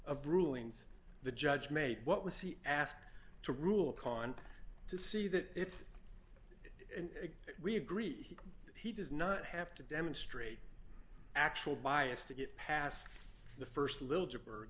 of rulings the judge made what was he asked to rule upon to see that if we agree that he does not have to demonstrate actual bias to get past the st little jab or